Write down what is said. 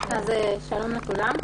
שלום לכולם.